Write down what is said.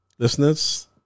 Listeners